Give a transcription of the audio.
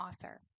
Author